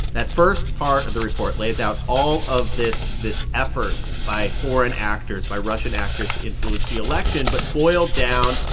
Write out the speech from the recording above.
that first part of the report lays out all of this this effort by foreign actors by russian actors to influence the election. but boiled down,